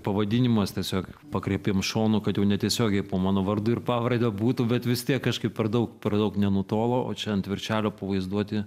pavadinimas tiesiog pakraipėm šonu kad jau netiesiogiai po mano vardu ir pavarde būtų bet vis tiek kažkaip per daug per daug nenutolo o čia ant viršelio pavaizduoti